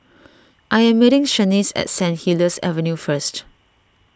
I am meeting Shaniece at Saint Helier's Avenue first